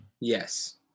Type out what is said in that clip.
Yes